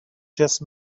just